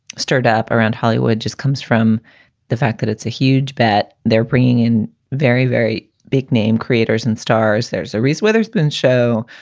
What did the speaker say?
stirred up around hollywood just comes from the fact that it's a huge bet. they're bringing in very, very big name creators and stars. there's a reese witherspoon show.